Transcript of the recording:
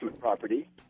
property